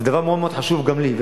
זה דבר מאוד מאוד חשוב גם לי.